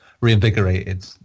reinvigorated